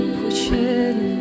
pushing